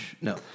no